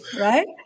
Right